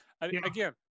Again